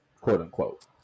quote-unquote